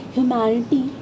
humanity